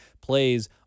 plays